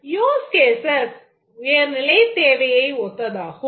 Use Cases உயர்நிலைத் தேவையை ஒத்ததாகும்